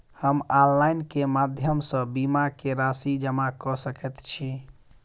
हम ऑनलाइन केँ माध्यम सँ बीमा केँ राशि जमा कऽ सकैत छी?